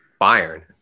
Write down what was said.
Bayern